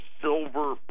silver